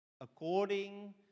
according